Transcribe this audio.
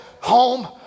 home